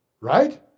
Right